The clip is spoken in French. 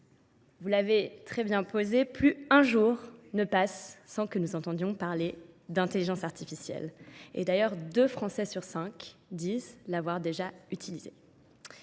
vous l'avez très bien posé, plus un jour ne passe sans que nous entendions parler d'intelligence artificielle. Et d'ailleurs, deux Français sur cinq disent l'avoir déjà utilisé.